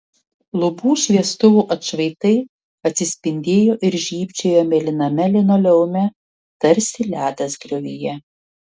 lubų šviestuvų atšvaitai atsispindėjo ir žybčiojo mėlyname linoleume tarsi ledas griovyje